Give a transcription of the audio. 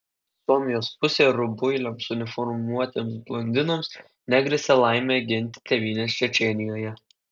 suomijos pusėje rubuiliams uniformuotiems blondinams negrėsė laimė ginti tėvynės čečėnijoje